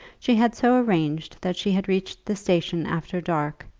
she had so arranged that she had reached the station after dark,